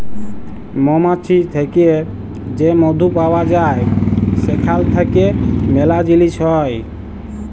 মমাছি থ্যাকে যে মধু পাউয়া যায় সেখাল থ্যাইকে ম্যালা জিলিস হ্যয়